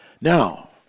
now